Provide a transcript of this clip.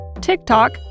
TikTok